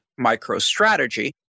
MicroStrategy